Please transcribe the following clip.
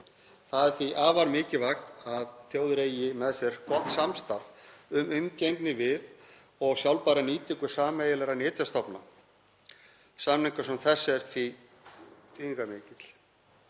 Það er því afar mikilvægt að þjóðin eigi með sér gott samstarf um umgengni við og sjálfbæra nýtingu sameiginlegra nytjastofna. Samningur sem þessi er því þýðingarmikill.